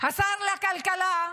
שר הכלכלה,